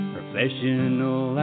Professional